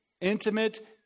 intimate